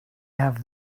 have